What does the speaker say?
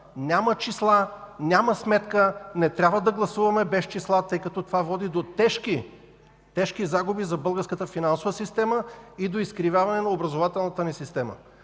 Няма числа, няма сметка. Не трябва да гласуваме без числа, тъй като това води до тежки загуби за българската финансова система и до изкривяване на образователната ни система.